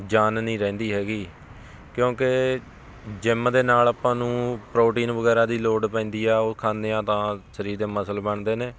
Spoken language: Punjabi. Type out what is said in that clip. ਜਾਨ ਨਹੀਂ ਰਹਿੰਦੀ ਹੈਗੀ ਕਿਉਂਕਿ ਜਿੰਮ ਦੇ ਨਾਲ ਆਪਾਂ ਨੂੰ ਪ੍ਰੋਟੀਨ ਵਗੈਰਾ ਦੀ ਲੋੜ ਪੈਂਦੀ ਆ ਉਹ ਖਾਂਦੇ ਆ ਤਾਂ ਸਰੀਰ ਦੇ ਮਸਲ ਬਣਦੇ ਨੇ